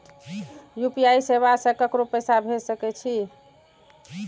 UPI सेवा से ककरो पैसा भेज सके छी?